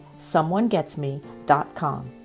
someonegetsme.com